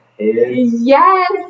Yes